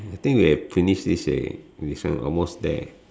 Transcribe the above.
I think we have finished this already we almost there